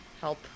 help